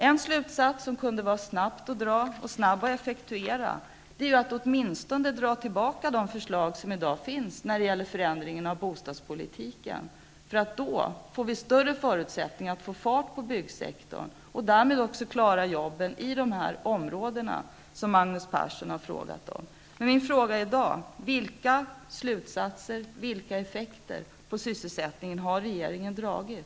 En slutsats som är lätt att dra och som snabbt går att effektuera är att åtminstone dra tillbaka de förslag som i dag finns när det gäller förändringen av bostadspolitiken. Då får vi större förutsättningar att få fart på byggsektorn och därmed också klara jobben i de områden som Magnus Persson har talat om. Min fråga är i dag: Vilka slutsatser om effekterna på sysselsättningen har regeringen dragit?